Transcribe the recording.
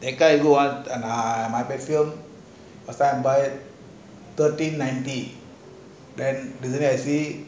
that guy who ah the ah buy thirteen ninety that one actually